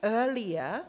earlier